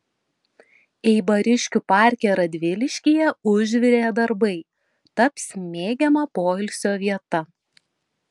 eibariškių parke radviliškyje užvirė darbai taps mėgiama poilsio vieta